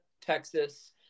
Texas